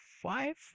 five